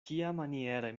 kiamaniere